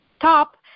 top